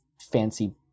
Fancy